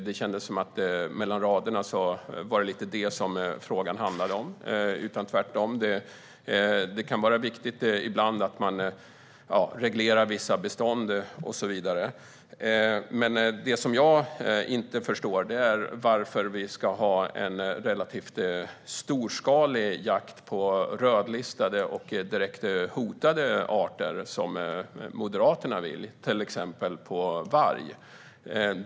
Det kändes som att det mellan raderna var lite det som frågan handlade om. Tvärtom kan det ibland vara viktigt att reglera vissa bestånd. Men vad jag inte förstår är varför vi ska ha en relativt storskalig jakt på rödlistade och direkt hotade arter, som Moderaterna vill, till exempel på varg.